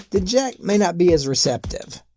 the jack may not be as receptive,